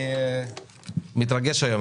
אני מתרגש היום,